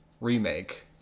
remake